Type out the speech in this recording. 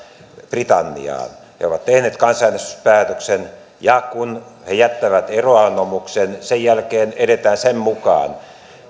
britanniaan he ovat tehneet kansanäänestyspäätöksen ja kun he jättävät eroanomuksen sen jälkeen edetään sen mukaan